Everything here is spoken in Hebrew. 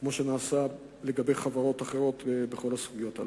כמו שנעשה לגבי חברות אחרות בסוגיות האלה,